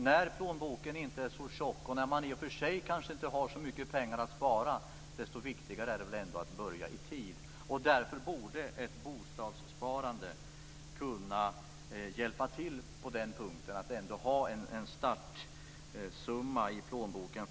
När plånboken inte är så tjock och man inte har så mycket pengar att spara är det viktigt att börja i tid. Därför borde ett bostadssparande kunna hjälpa till för att man ändå ska ha en startsumma i plånboken.